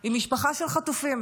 עם משפחה של חטופים,